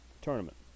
tournament